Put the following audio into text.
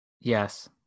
Yes